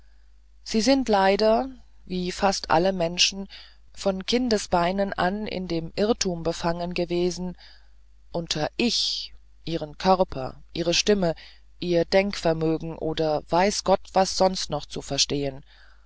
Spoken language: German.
sie sind leider wie fast alle menschen von kindesbeinen an in dem irrtum befangen gewesen unter ich ihren körper ihre stimme ihr denkvermögen oder weiß gott was sonst noch zu verstehen